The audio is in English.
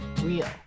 Real